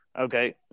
okay